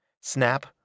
Snap